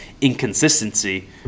inconsistency